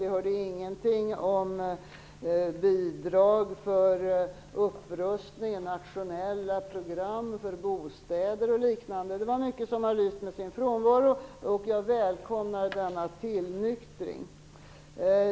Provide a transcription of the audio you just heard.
Vi hörde ingenting om bidrag för upprustning, nationella program för bostäder och liknande. Det är mycket som har lyst med sin frånvaro, och jag välkomnar denna tillnyktring.